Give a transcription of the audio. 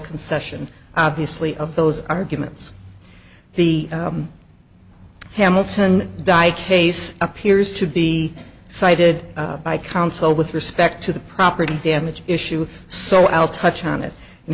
concession obviously of those arguments the hamilton di case appears to be cited by counsel with respect to the property damage issue so i'll touch on it and